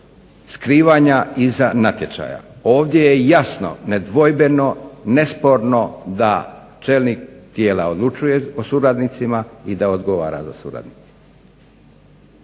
skrivanja iza natječaja. Ovdje je jasno nedvojbeno nesporno da čelnik tijela odlučuje o suradnicima i da odgovara za suradnike.